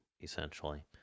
essentially